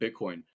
Bitcoin